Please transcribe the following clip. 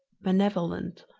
benevolent,